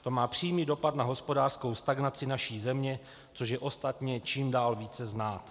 To má přímý dopad na hospodářskou stagnaci naší země, což je ostatně čím dál více znát.